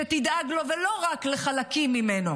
שתדאג לו ולא רק לחלקים ממנו.